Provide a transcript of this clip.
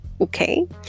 okay